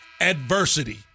adversity